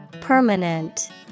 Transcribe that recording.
Permanent